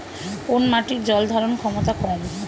কোন মাটির জল ধারণ ক্ষমতা কম?